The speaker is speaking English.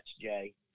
Jay